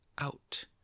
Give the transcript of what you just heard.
out